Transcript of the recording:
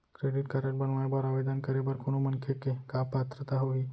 Credit card बनवाए बर आवेदन करे बर कोनो मनखे के का पात्रता होही?